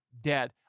dead